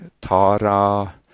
Tara